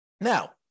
Now